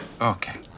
Okay